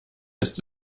ist